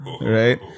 right